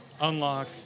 unlock